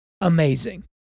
amazing